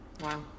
Wow